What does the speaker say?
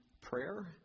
prayer